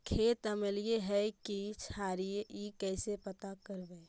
खेत अमलिए है कि क्षारिए इ कैसे पता करबै?